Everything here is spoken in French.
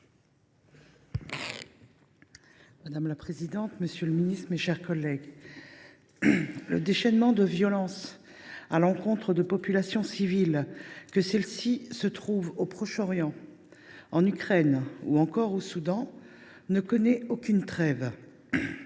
Madame la présidente, monsieur le ministre, mes chers collègues, le déchaînement de violence à l’encontre de populations civiles, que celles ci se trouvent au Proche Orient, en Ukraine ou encore au Soudan, ne connaît aucune trêve.